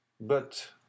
But